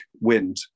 wind